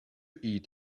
eat